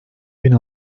bin